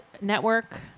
network